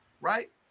right